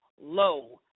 low